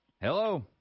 hello